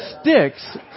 sticks